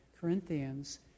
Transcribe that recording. Corinthians